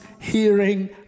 hearing